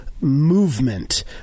movement